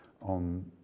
on